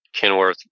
Kenworth